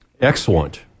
Excellent